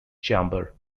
chamber